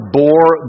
bore